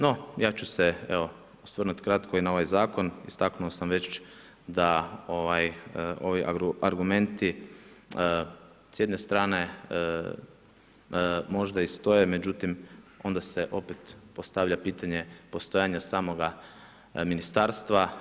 No, ja ću se evo osvrnuti kratko i na ovaj zakon, istaknuo sam već da ovi argumenti s jedne strane možda i stoje, međutim onda se opet postavlja pitanje postojanja samoga ministarstva.